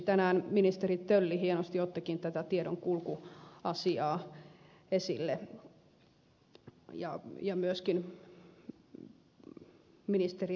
tänään ministeri tölli hienosti ottikin tätä tiedonkulkuasiaa esille ja myöskin ministeri rehula